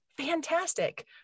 fantastic